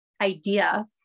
idea